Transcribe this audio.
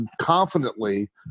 confidently